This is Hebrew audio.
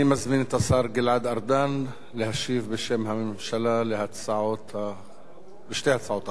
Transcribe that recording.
אני מזמין את השר גלעד ארדן להשיב בשם הממשלה על שתי הצעות החוק.